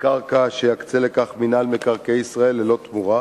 בקרקע שיקצה לכך מינהל מקרקעי ישראל ללא תמורה.